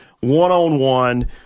one-on-one